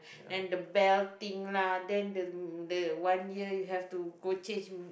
and the belt thing lah then the the one year you have to go change